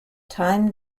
time